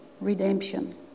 Redemption